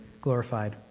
glorified